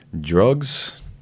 Drugs